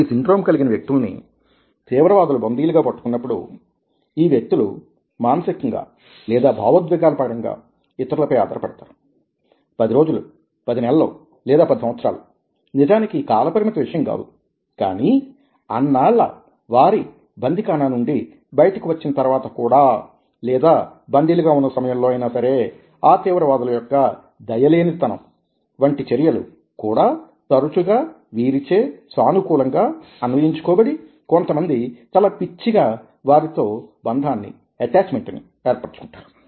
ఈ సిండ్రోమ్ కలిగిన వ్యక్తులని తీవ్రవాదులు బందీలుగా పట్టుకున్నప్పుడు ఈ వ్యక్తులు మానసికంగా లేదా భావోద్వేగాల పరంగా ఇతరులపై ఆధార పడతారు పది రోజులు పది నెలలు లేదా పది సంవత్సరాలు నిజానికి ఈ కాల పరిమితి విషయం కాదు కానీ అన్నాళ్ళ వారి బందీఖానా నుండి బయటకు వచ్చిన తర్వాత కూడా లేదా బందీలుగా ఉన్న సమయంలో అయినా సరే ఆ తీవ్రవాదుల యొక్క దయలేనితనం వంటి చర్యలు కూడా తరచుగా వీరిచే సానుకూలంగా అన్వయించుకోబడి కొంతమంది చాలా పిచ్చి గా వారితో బంధాన్ని ఏర్పరుచుకుంటారు